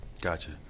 Gotcha